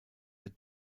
der